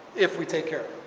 if we take care